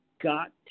got